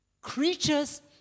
Creatures